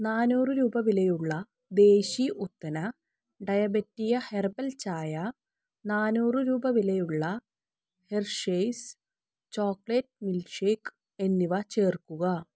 നാനൂറ് രൂപ വിലയുള്ള ദേശി ഉത്തന ഡയബെറ്റിയ ഹെർബൽ ചായ നാനൂറ് രൂപ വിലയുള്ള ഹെർഷെയ്സ് ചോക്ലേറ്റ് മിൽക്ക്ഷേക്ക് എന്നിവ ചേർക്കുക